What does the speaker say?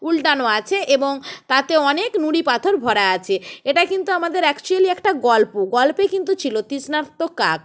উলটানো আছে এবং তাতে অনেক নুড়ি পাথর ভরা আছে এটা কিন্তু আমাদের অ্যাকচুয়েলি একটা গল্প গল্পে কিন্তু ছিল তৃষ্ণার্ত কাক